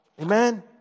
Amen